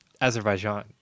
azerbaijan